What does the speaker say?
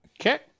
Okay